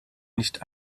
nicht